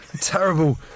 Terrible